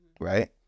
right